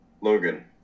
Logan